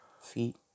Feet